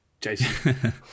Jason